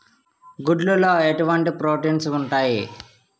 గుడ్లు లో ఎటువంటి ప్రోటీన్స్ ఉంటాయి?